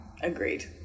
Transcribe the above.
Agreed